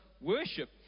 worship